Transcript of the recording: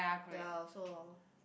ya also lor